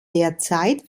derzeit